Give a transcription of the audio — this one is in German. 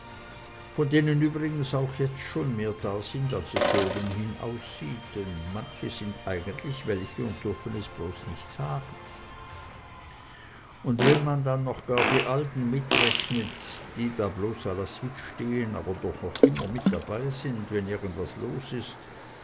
von denen übrigens auch jetzt schon mehr da sind als es so obenhin aussieht denn manche sind eigentlich welche und dürfen es bloß nicht sagen und wenn man dann gar noch die alten mitrechnet die bloß la suite stehn aber doch immer noch mit dabei sind wenn irgendwas los ist